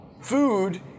food